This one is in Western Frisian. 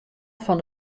fan